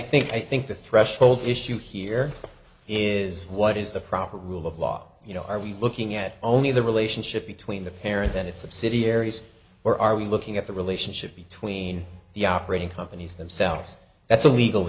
think i think the threshold issue here is what is the proper rule of law you know are we looking at only the relationship between the parents and its subsidiaries or are we looking at the relationship between the operating companies themselves that's a legal